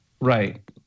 Right